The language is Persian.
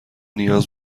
نیاز